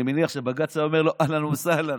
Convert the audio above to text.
אני מניח שבג"ץ היה אומר לו אהלן וסהלן,